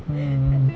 mm